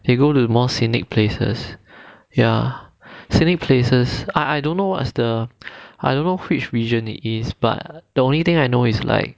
they go to the more scenic places ya scenic places I I don't know what's the I don't know which region it is but the only thing I know is like